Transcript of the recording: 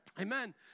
Amen